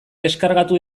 deskargatu